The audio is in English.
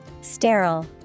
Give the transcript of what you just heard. Sterile